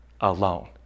alone